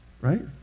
Right